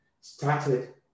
started